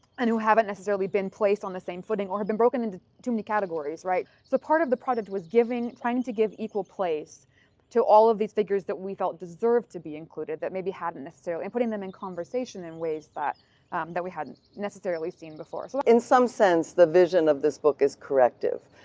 and who haven't necessarily been placed on the same footing, or who have been broken into too many categories right? so part of the project was giving, trying to give equal place to all of these figures that we felt deserved to be included that maybe hadn't necessarily and putting them in conversation in ways that that we hadn't necessarily seen before. so in some sense, the vision of this book is corrective,